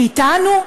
מאתנו,